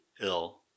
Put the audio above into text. ill